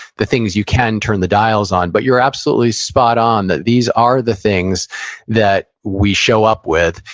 the things you can turn the dials on. but you're absolutely spot-on that these are the things that we show up with.